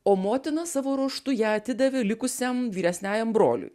o motina savo ruožtu ją atidavė likusiam vyresniajam broliui